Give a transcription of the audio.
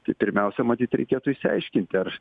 tai pirmiausia matyt reikėtų išsiaiškinti ar